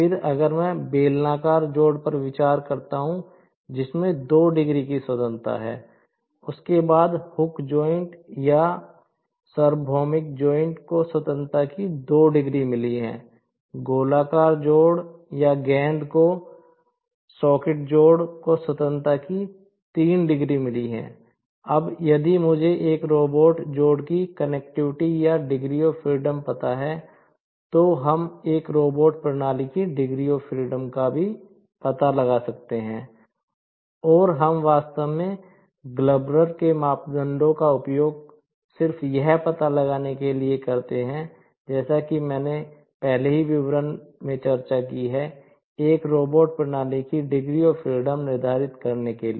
फिर अगर मैं बेलनाकार जोड़ निर्धारित करने के लिए